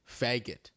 faggot